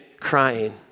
crying